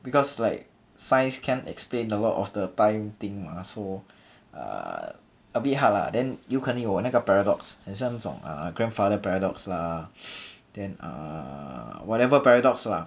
because like science can explain the law of the time thing lah so err a bit hard lah then 有可能我那个 paradox 很想那种 grandfather paradox lah then err whatever paradox lah